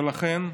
ולכן,